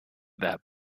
that